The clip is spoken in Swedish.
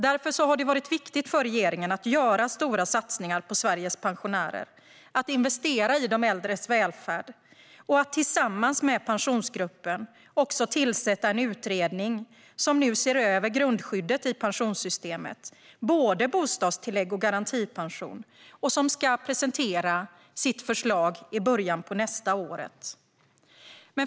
Det har därför varit viktigt för regeringen att göra stora satsningar på Sveriges pensionärer, att investera i de äldres välfärd och att tillsammans med Pensionsgruppen tillsätta en utredning som nu ser över grundskyddet i pensionssystemet, både bostadstillägg och garantipension, och som ska presentera sitt förslag i början av nästa år.